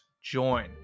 join